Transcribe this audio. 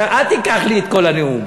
אל תיקח לי את כל הנאום.